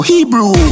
Hebrew